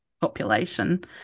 population